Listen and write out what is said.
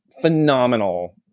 phenomenal